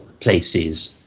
places